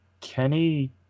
Kenny